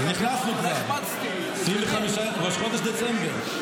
אז נכנסנו כבר, ראש חודש דצמבר.